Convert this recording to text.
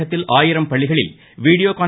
தமிழகத்தில் ஆயிரம் பள்ளிகளில் வீடியோ கான்